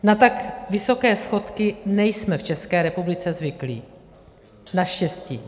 Na tak vysoké schodky nejsme v České republice zvyklí, naštěstí.